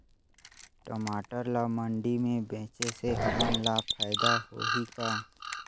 टमाटर ला मंडी मे बेचे से हमन ला फायदा होही का?